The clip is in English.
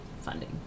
funding